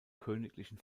königlichen